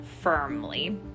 firmly